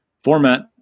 format